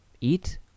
eat